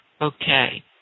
Okay